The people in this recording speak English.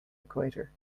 equator